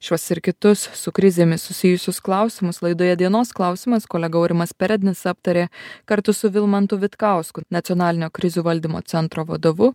šiuos ir kitus su krizėmis susijusius klausimus laidoje dienos klausimas kolega aurimas perednis aptarė kartu su vilmantu vitkausku nacionalinio krizių valdymo centro vadovu